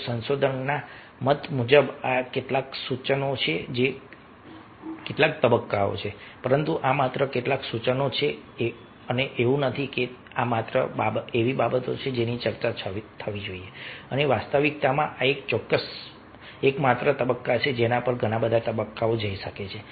તો સંશોધકના મત મુજબ આ કેટલાક સૂચનો છે કેટલાક તબક્કાઓ છે પરંતુ આ માત્ર કેટલાક સૂચનો છે અને એવું નથી કે આ માત્ર એવી બાબતો છે જેની ચર્ચા થવી જોઈએ અને વાસ્તવિકતામાં આ એકમાત્ર તબક્કા છે જેના પર ઘણા તબક્કાઓ જઈ શકે છે